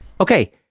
Okay